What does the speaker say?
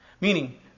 Meaning